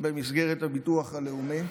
במסגרת הביטוח הלאומי,